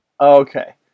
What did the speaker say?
okay